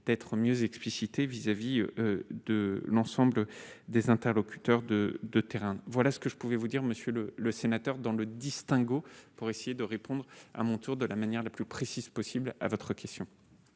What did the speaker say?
d'être mieux explicitées vis-à-vis de l'ensemble des interlocuteurs de de terrain, voilà ce que je pouvais vous dire Monsieur le le sénateur dans le distinguo pour essayer de répondre à mon tour, de la manière la plus précise possible à votre question.